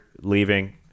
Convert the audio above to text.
leaving